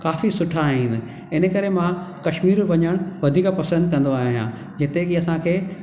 काफ़ी सुठा आहिनि इन करे मां कशमीर वञणु वधीक पसंदि कंदो आहियां जिते की असांखे